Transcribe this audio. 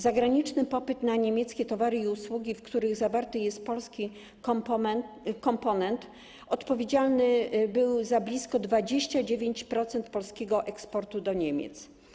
Zagraniczny popyt na niemieckie towary i usługi, w których zawarty jest polski komponent, odpowiedzialny był za blisko 29% polskiego eksportu do Niemiec.